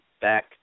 back